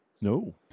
No